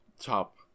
top